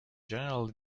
general